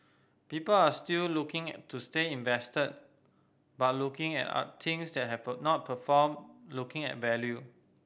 people are still looking to stay invested but looking at things that have not performed looking at value